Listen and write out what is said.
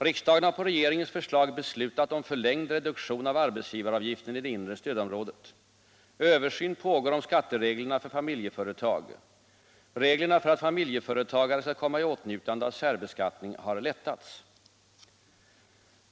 Riksdagen har på regeringens förslag beslutat. Om den föreslagna om förlängd reduktion av arbetsgivaravgiften i det inre stödområdet. höjningen av Översyn pågår om skattereglerna för familjeföretag. Reglerna för att fa mervärdeskatten miljeföretagare skall komma i åtnjutande av särbeskattning har lättats.